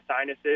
sinuses